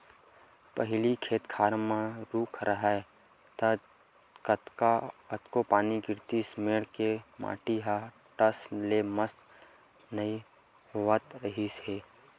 पहिली खेत खार म रूख राहय त कतको पानी गिरतिस मेड़ के माटी ह टस ले मस नइ होवत रिहिस हे